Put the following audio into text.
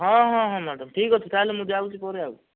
ହଁ ହଁ ହଁ ମ୍ୟାଡାମ ଠିକ୍ ଅଛି ତାହାଲେ ମୁଁ ଯାଉଛି ପରେ ଆଉ